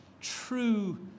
true